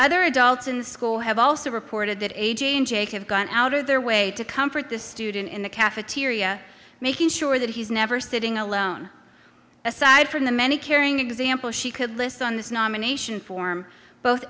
other adults in school have also reported that a j and jake have gone out of their way to comfort the student in the cafeteria making sure that he's never sitting alone aside from the many caring example she could list on this nomination form both